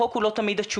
החוק הוא לא תמיד התשובה.